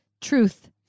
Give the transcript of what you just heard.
truth